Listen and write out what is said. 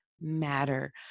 matter